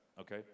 Okay